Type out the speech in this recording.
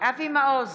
אבי מעוז,